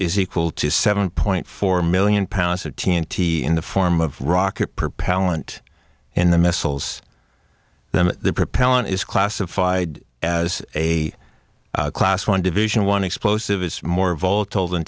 is equal to seven point four million pounds of t n t in the form of rocket propellant in the missiles that the propellant is classified as a class one division one explosive is more volatile than